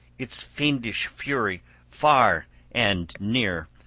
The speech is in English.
its fiendish fury far and near,